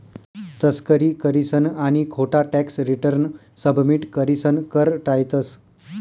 तस्करी करीसन आणि खोटा टॅक्स रिटर्न सबमिट करीसन कर टायतंस